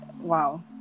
wow